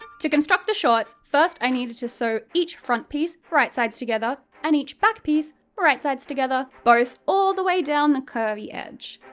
to construct the shorts, first i needed to sew each front piece right-sides together, and each back piece right-sides together, both all the way down this curvy edge.